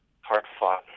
hard-fought